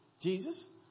Jesus